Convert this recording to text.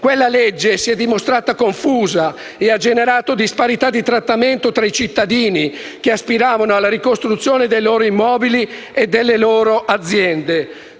Quella legge si è dimostrata confusa e ha generato disparità di trattamento tra i cittadini che aspiravano alla ricostruzione dei loro immobili e delle loro aziende.